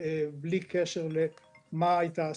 לי קשר למה הייתה הסיבה.